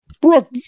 Brooke